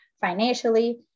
financially